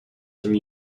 some